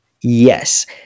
Yes